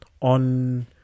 on